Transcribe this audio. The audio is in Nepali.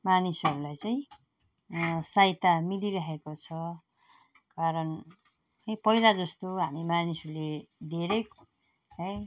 मानिसहरूलाई चाहिँ सहायता मिलिराखेको छ कारण पहिला जस्तो हामी मानिसहरूले धेरै है